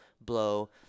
blow